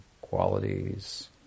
qualities